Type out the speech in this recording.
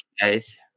guys